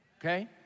Okay